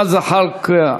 ג'מאל זחאלקה?